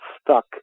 stuck